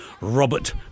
Robert